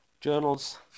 Journals